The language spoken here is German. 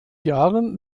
jahren